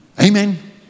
Amen